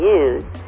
use